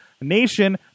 Nation